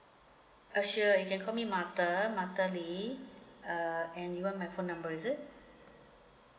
uh sure you can call me marthe marthe lee uh and you want my phone number is it